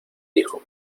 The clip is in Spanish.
dijo